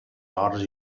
horts